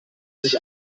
sich